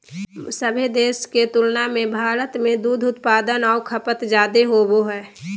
सभे देश के तुलना में भारत में दूध उत्पादन आऊ खपत जादे होबो हइ